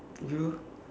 you